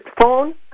phone